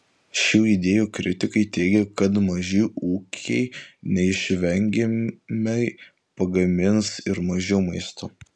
šių idėjų kritikai teigia kad maži ūkiai neišvengiamai pagamins ir mažiau maisto